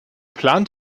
plant